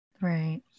Right